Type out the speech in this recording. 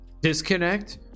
Disconnect